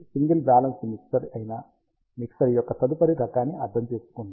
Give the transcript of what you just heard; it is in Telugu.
సింగిల్ బ్యాలెన్స్డ్ మిక్సర్ అయిన మిక్సర్ యొక్క తదుపరి రకాన్ని అర్థం చేసుకుందాం